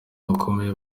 bakomeye